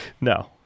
No